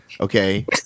Okay